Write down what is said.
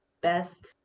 best